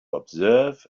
observe